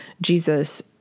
Jesus